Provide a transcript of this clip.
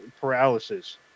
paralysis